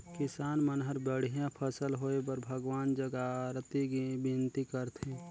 किसान मन हर बड़िया फसल होए बर भगवान जग अरती बिनती करथे